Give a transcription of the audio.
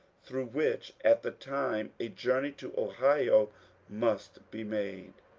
through which at the time a journey to ohio must be made.